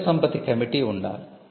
మేధోసంపత్తి కమిటీ ఉండాలి